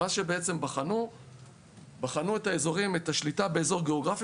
הם בעצם בחנו את השליטה באזור גיאוגרפי